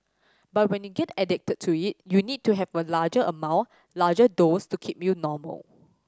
but when you get addicted to it you need to have a larger amount larger dose to keep you normal